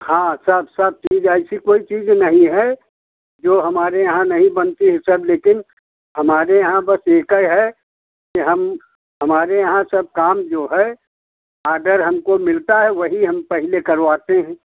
हाँ सब सब चीज़ ऐसी कोई चीज़ नहीं है जो हमारे यहाँ नहीं बनती है सर लेकिन हमारे यहाँ बस एक है की हम हमारे यहाँ सब काम जो है आर्डर हमको मिलता है वहीं हम पहले करवाते हैं